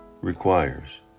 requires